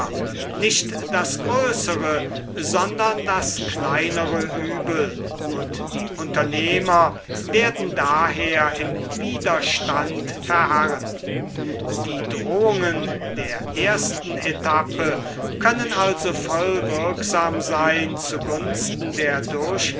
nicht das größere sondern das kleinere übel und die unternehmer werden daher im widerstand verharren die drohungen der ersten etappe können also vollwirksam sein zu gunsten der